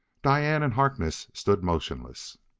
diane and harkness stood motionless.